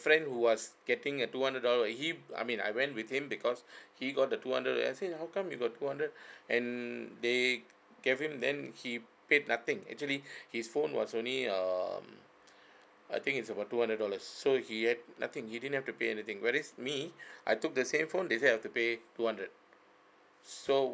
friend who was getting a two hundred dollar he I mean I went with him because he got the two hundred and I say how come you got two hundred and they gave him then he paid nothing actually his phone was only um I think it's about two hundred dollars so he had nothing he didn't have to pay anything whereas me I took the same phone they say I have to pay two hundred so